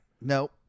No